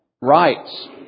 rights